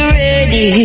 ready